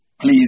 please